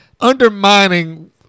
undermining